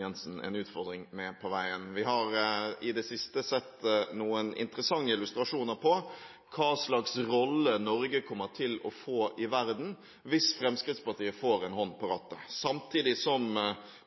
Jensen en utfordring med på veien: Vi har i det siste sett noen interessante illustrasjoner av hva slags rolle Norge kommer til å få i verden hvis Fremskrittspartiet får en hånd på rattet. Samtidig som